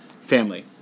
family